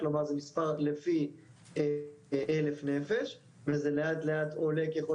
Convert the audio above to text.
כלומר זה מספר לפי 1,000 נפש וזה לאט לאט עולה ככל